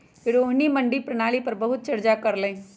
रोहिणी मंडी प्रणाली पर बहुत चर्चा कर लई